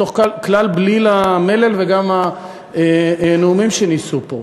בתוך כלל בליל המלל וגם הנאומים שנישאו פה.